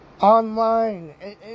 Online